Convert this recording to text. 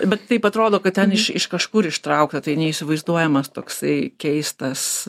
bet taip atrodo kad ten iš iš kažkur ištraukta tai neįsivaizduojamas toksai keistas